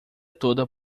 toda